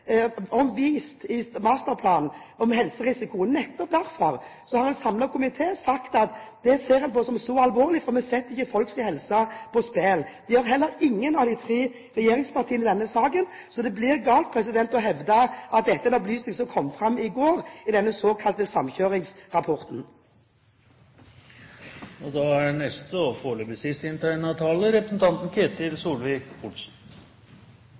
behørig vist til der, om helserisikoen, nettopp sagt at det ser en på som alvorlig, for vi setter ikke folks helse på spill. Det gjør heller ingen av de tre regjeringspartiene i denne saken. Så det blir galt å hevde at dette er en opplysning som kom fram i går i denne såkalte samkjøringsrapporten. Da er neste taler Ketil Solvik-Olsen. Det har blitt reist spørsmål om hvorvidt representanten Solvik-Olsen har mer taletid enn andre representanter, og